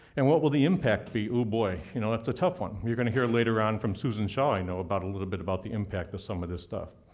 and what will the impact be? oh boy, you know that's a tough one. you're going to hear later on from susan shaw, i know, a little bit about the impact of some of this stuff.